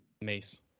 Mace